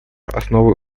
основой